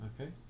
Okay